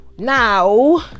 Now